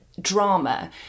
Drama